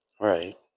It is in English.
Right